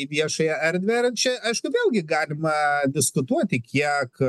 į viešąją erdvę ir čia aišku vėlgi galima diskutuoti kiek